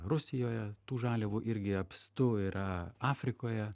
rusijoje tų žaliavų irgi apstu yra afrikoje